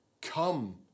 come